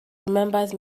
remembers